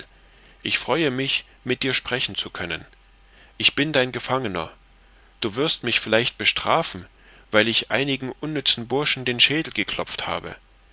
ich freue mich mit dir sprechen zu können ich bin dein gefangener du wirst mich vielleicht bestrafen weil ich einigen unnützen burschen den schädel geklopft habe